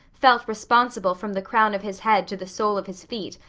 felt responsible from the crown of his head to the sole of his feet,